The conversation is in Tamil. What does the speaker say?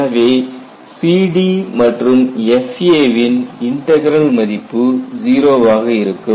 எனவே CD மற்றும் FA வின் இன்டக்ரல் மதிப்பு 0 வாக இருக்கும்